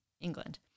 England